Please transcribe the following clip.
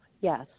Yes